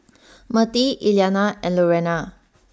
Mertie Elliana and Lurena